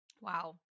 Wow